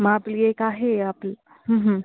मग आपली एक आहे आपलं